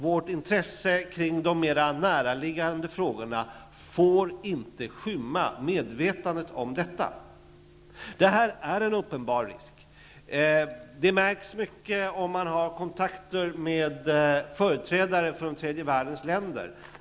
Vårt intresse för de mer näraliggande frågorna får inte skymma medvetandet om detta. Här finns en uppenbar risk. Det märks om man har kontakter med företrädare för tredje världens länder.